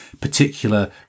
particular